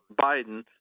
Biden